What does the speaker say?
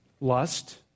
lust